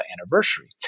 anniversary